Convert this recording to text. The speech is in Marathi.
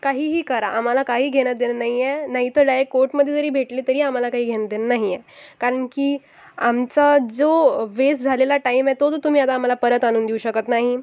काहीही करा आम्हाला काही घेणंदेणं नाही आहे नाहीतर डायरेक्ट कोर्टमध्ये जरी भेटले तरी आम्हाला काही घेणंदेणं नाही आहे कारण की आमचा जो वेस्ट झालेला टाईम आहे तो तर तुम्ही आम्हाला परत आणून देऊ शकत नाही